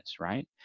right